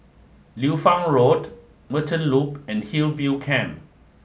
liu Fang Road Merchant Loop and Hillview Camp